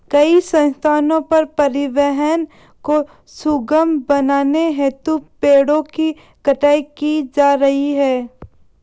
कई स्थानों पर परिवहन को सुगम बनाने हेतु पेड़ों की कटाई की जा रही है